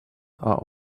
are